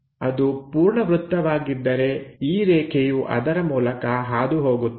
ಇದು ಪೂರ್ಣ ವೃತ್ತವಾಗಿದ್ದರೆ ಈ ರೇಖೆಯು ಅದರ ಮೂಲಕ ಹಾದುಹೋಗುತ್ತದೆ